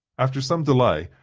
after some delay,